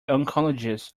oncologist